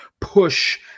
push